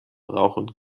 rauchen